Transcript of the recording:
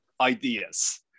ideas